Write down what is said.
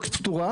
PayBox,